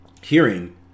hearing